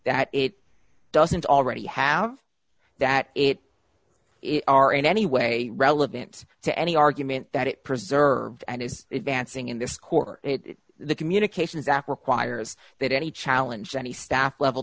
that it doesn't already have that it is are in any way relevant to any argument that it preserved and is advancing in this court the communications act requires that any challenge any staff level